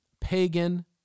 pagan